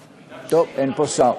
טוב, אין פה שר.